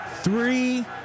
Three